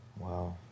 Wow